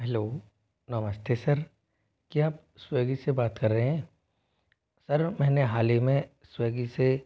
hello नमस्ते sir क्या आप स्वेगी से बात कर रहे हैं सर मैंने हाल ही में स्वेगी से